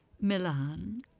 Milan